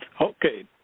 Okay